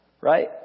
Right